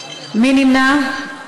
על תרופות), התשע"ז 2017,